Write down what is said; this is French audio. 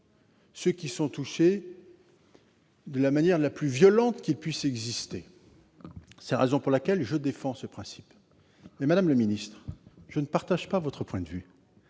ceux qui sont touchés de la manière la plus violente qui puisse exister. C'est la raison pour laquelle je défends ce principe. Madame la garde des sceaux, je ne partage pas votre point de vue.